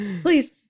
please